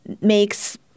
makes—